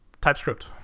TypeScript